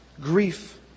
grief